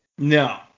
No